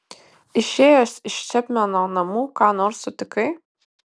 išėjęs iš čepmeno namų ką nors sutikai